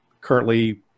currently